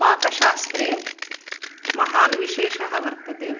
पाकशास्त्रे महान् विशेषः वर्तते